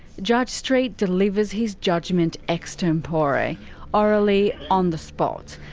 judge street delivers his judgement ex tempore orally, on the spot.